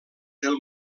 del